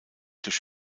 durch